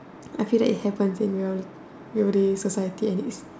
I feel that it happens in real real days society and is